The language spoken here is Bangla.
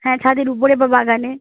হ্যাঁ ছাদের উপরে বা বাগানে